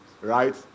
Right